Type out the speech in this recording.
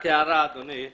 הערה, אדוני.